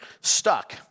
stuck